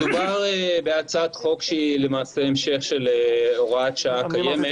מדובר בהצעת חוק שהיא למעשה המשך של הוראת השעה הקיימת.